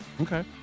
Okay